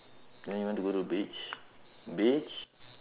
then you want to go to the beach beach